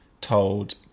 told